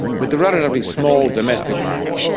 with the relatively small domestic market,